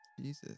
Jesus